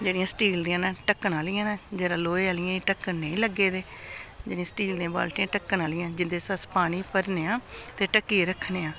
जेह्ड़ियां स्टील दियां न ढक्कन आह्लियां न जरा लोहे आह्लियें गी ढक्कन नेईं लग्गे दे जेह्ड़ियां स्टील दियां बाल्टियां ढक्कन आह्लियां जिंदे च अस पानी भरने आं ते ढक्कियै रक्खने आं